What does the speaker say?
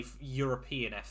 European